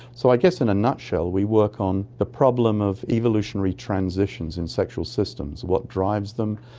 so i guess in a nutshell we work on the problem of evolutionary transitions in sexual systems, what drives them,